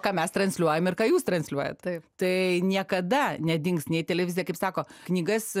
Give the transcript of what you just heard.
ką mes transliuojam ir ką jūs transliuojat tai niekada nedings nei televizija kaip sako knygas